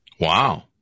Wow